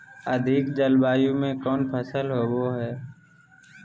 अधिक जलवायु में कौन फसल होबो है?